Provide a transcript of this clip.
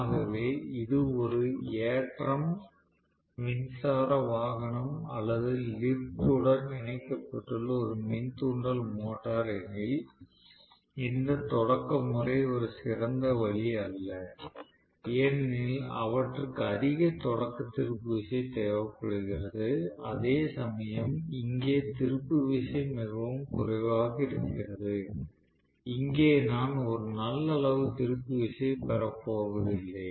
ஆகவே இது ஒரு ஏற்றம் மின்சார வாகனம் அல்லது லிஃப்ட் உடன் இணைக்கப்பட்டுள்ள ஒரு மின் தூண்டல் மோட்டார் எனில் இந்த தொடக்க முறை ஒரு சிறந்த வழி அல்ல ஏனெனில் அவற்றுக்கு அதிக தொடக்க திருப்பு விசை தேவைப்படுகிறது அதேசமயம் இங்கே திருப்பு விசை மிகவும் குறைவாக இருக்கிறது இங்கே நான் ஒரு நல்ல அளவு திருப்பு விசை பெறப்போவதில்லை